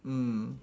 mm